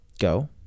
go